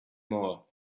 more